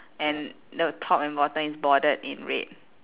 and the top and bottom is bordered in red